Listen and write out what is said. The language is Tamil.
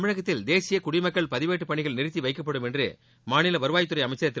தமிழகத்தில் தேசிய குடிமக்கள் பதிவேட்டு பணிகள் நிறத்தி வைக்கப்படும் என்று மாநில வருவாய்த்துறை அமைச்சர் திரு